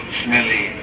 smelly